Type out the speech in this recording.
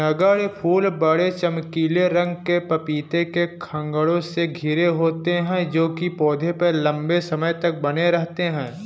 नगण्य फूल बड़े, चमकीले रंग के पपीते के खण्डों से घिरे होते हैं जो पौधे पर लंबे समय तक बने रहते हैं